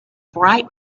bright